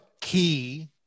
key